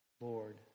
Lord